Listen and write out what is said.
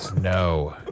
No